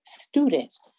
students